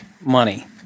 money